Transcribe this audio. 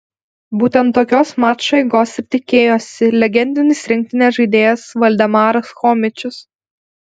būtent tokios mačo eigos ir tikėjosi legendinis rinktinės žaidėjas valdemaras chomičius